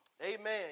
Amen